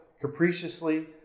capriciously